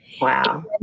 Wow